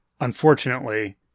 unfortunately